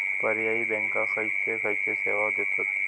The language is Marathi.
पर्यायी बँका खयचे खयचे सेवा देतत?